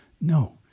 No